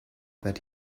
that